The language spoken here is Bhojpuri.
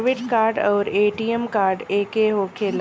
डेबिट कार्ड आउर ए.टी.एम कार्ड एके होखेला?